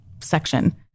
section